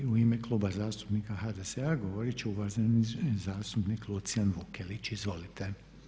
U ime Kluba zastupnika HDZ-a govorit će uvaženi zastupnik Lucian Vukelić, izvolite.